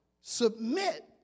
submit